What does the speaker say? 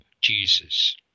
Jesus